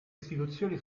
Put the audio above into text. istituzioni